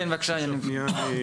כן, בבקשה, יניב.